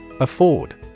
Afford